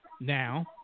now